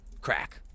crack